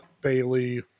Bailey